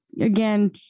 again